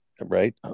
right